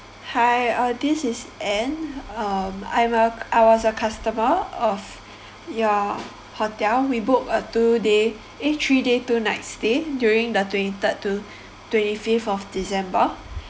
hi uh this is ann um I'm a I was a customer of your hotel we book a two day eh three day two nights stay during the twenty third to twenty fifth of december